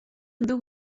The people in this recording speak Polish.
był